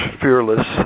fearless